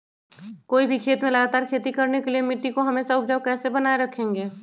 कोई भी खेत में लगातार खेती करने के लिए मिट्टी को हमेसा उपजाऊ कैसे बनाय रखेंगे?